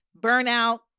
burnout